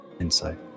insight